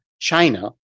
China